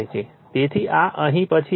તેથી આ અહીં પછી આ ફેઝ માટે VAN Ia હશે